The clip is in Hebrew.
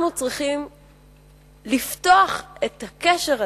אנחנו צריכים לפתוח את הקשר הזה,